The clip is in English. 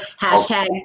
hashtag